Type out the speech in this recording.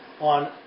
on